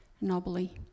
nobly